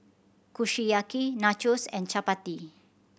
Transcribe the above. Kushiyaki Nachos and Chapati